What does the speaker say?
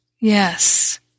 yes